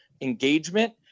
engagement